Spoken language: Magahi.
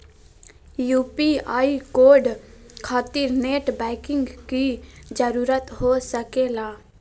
यू.पी.आई कोड खातिर नेट बैंकिंग की जरूरत हो सके ला?